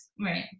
Right